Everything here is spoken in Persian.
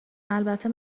البته